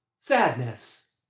sadness